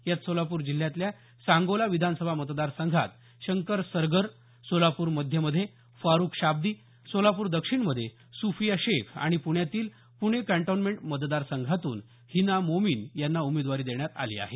यात सोलापूर जिल्ह्यातल्या सांगोला विधानसभा मतदार संघात शंकर सरगर सोलापूर मध्य मध्ये फारुक शाब्दी सोलापूर दक्षिणमध्ये सुफीया शेख आणि प्ण्यातील पुणे कॉन्टोनमेंट मतदारसंघातून हिना मोमीन यांना उमेदवारी देण्यात आली आहे